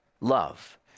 love